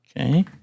Okay